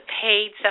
paid